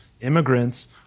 immigrants